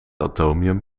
atomium